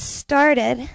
started